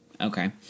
Okay